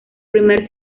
primer